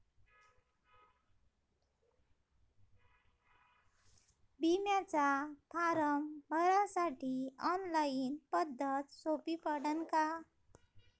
बिम्याचा फारम भरासाठी ऑनलाईन पद्धत सोपी पडन का?